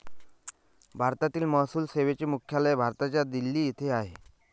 भारतीय महसूल सेवेचे मुख्यालय भारताच्या दिल्ली येथे आहे